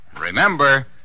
Remember